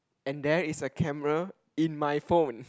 and there is a camera in my phone